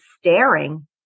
staring